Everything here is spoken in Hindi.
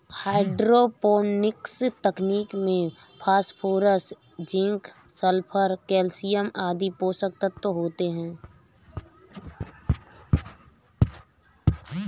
हाइड्रोपोनिक्स तकनीक में फास्फोरस, जिंक, सल्फर, कैल्शयम आदि पोषक तत्व होते है